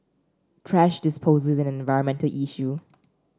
thrash disposal environmental issue